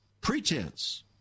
pretense